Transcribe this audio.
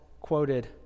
quoted